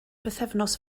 bythefnos